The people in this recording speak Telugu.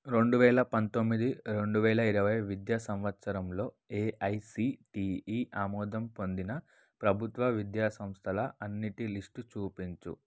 రెండువేల పంతొమ్మిది రెండువేల ఇరవై విద్యా సంవత్సరంలో ఏఐసిటిఈ ఆమోదం పొందిన ప్రభుత్వ విద్యాసంస్థల అన్నిటి లిస్టు చూపించు